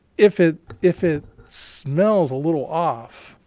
if it if it smells a little off,